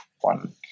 one